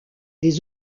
des